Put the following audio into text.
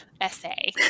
essay